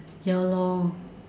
ya lor